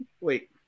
Wait